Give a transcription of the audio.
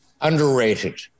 Underrated